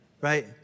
right